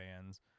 bands